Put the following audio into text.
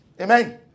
Amen